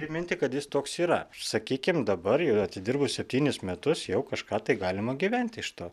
priminti kad jis toks yra sakykim dabar jau atidirbus septynis metus jau kažką tai galima gyventi iš to